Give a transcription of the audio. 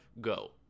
go